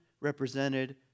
represented